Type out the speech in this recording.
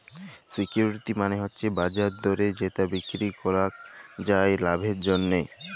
security মালে হচ্যে বাজার দরে যেটা বিক্রি করাক যায় লাভের জন্যহে